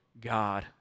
God